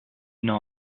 n’en